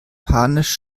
panisch